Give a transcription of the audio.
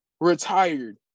retired